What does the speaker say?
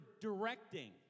Directing